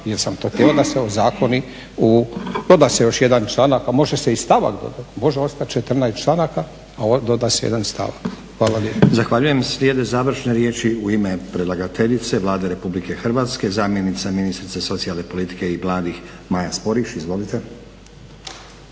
jer sam to htio da se ozakoni, to da se još jedan članak pa može se i stavak dodat, može ostat 14 članaka, a doda se 1 stavak. Hvala